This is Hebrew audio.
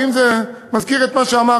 זה מזכיר את מה שאמרתי,